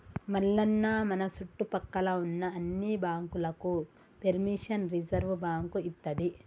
మల్లన్న మన సుట్టుపక్కల ఉన్న అన్ని బాంకులకు పెర్మిషన్ రిజర్వ్ బాంకు ఇత్తది